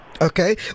Okay